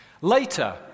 Later